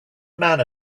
man